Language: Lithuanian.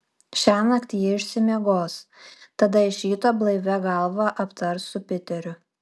šiąnakt ji išsimiegos tada iš ryto blaivia galva aptars su piteriu